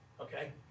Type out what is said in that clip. okay